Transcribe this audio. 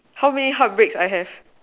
how many heartbreaks I have